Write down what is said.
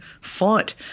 font